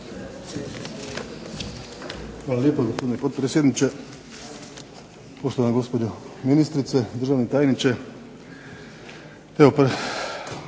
Hvala lijepo gospodine potpredsjedniče. Poštovana gospođo ministrice, državni tajniče.